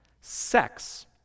Sex